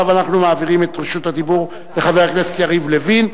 עכשיו אנחנו מעבירים את רשות הדיבור לחבר הכנסת יריב לוין,